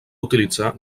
utilitzar